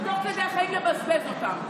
ותוך כדי החיים לבזבז אותם.